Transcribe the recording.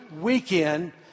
weekend